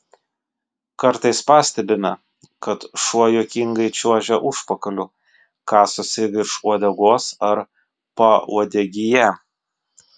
kartais pastebime kad šuo juokingai čiuožia užpakaliu kasosi virš uodegos ar pauodegyje